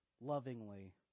lovingly